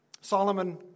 Solomon